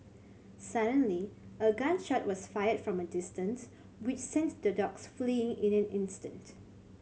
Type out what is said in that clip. suddenly a gun shot was fired from a distance which sent the dogs fleeing in an instant